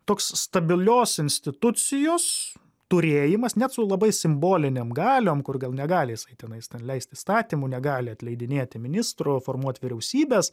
toks stabilios institucijos turėjimas net su labai simbolinėm galiom kur gal negali jisai tenais leisti įstatymų negali atleidinėti ministrų formuot vyriausybės